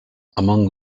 among